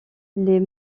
les